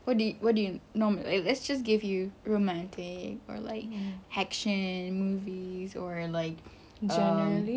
what do you what do you normally let's just give you romantic or like action movies or like um